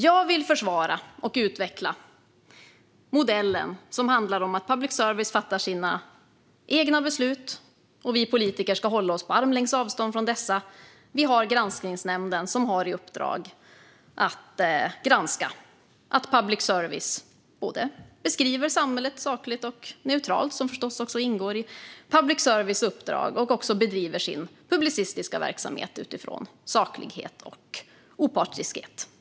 Jag vill försvara och utveckla den modell som handlar om att public service fattar sina egna beslut och att vi politiker ska hålla oss på armlängds avstånd från dessa. Vi har Granskningsnämnden som har i uppdrag att granska att public service både beskriver samhället sakligt och neutralt, vilket förstås ingår i public services uppdrag, och bedriver sin publicistiska verksamhet utifrån saklighet och opartiskhet.